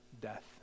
death